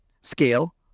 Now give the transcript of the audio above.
scale